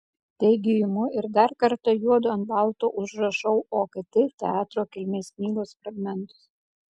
taigi imu ir dar kartą juodu ant balto užrašau okt teatro kilmės knygos fragmentus